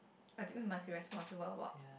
I think we must be responsible about